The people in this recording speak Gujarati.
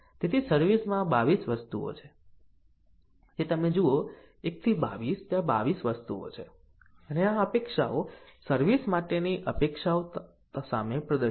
તેથી સર્વિસ માં 22 વસ્તુઓ છે જે તમે જુઓ 1 22 ત્યાં 22 વસ્તુઓ છે અને આ અપેક્ષાઓ સર્વિસ માટેની અપેક્ષાઓ સામે પ્રદર્શન છે